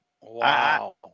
Wow